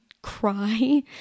cry